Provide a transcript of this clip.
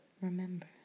Remember